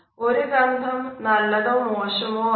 ഒരു ഗന്ധം നല്ലതോ മോശമോ ആകാം